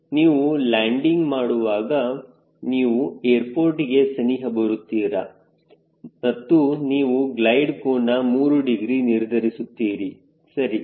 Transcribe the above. ನೀವು ಲ್ಯಾಂಡಿಂಗ್ ಮಾಡುವಾಗ ನೀವು ಏರ್ಪೋರ್ಟ್ಗೆ ಸನಿಹ ಬರುತ್ತೀರಾ ಮತ್ತು ನೀವು ಗ್ಲೈಡ್ ಕೋನ 3 ಡಿಗ್ರಿ ನಿರ್ಧರಿಸುತ್ತೀರಿ ಸರಿ